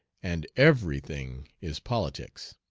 and every thing is politics.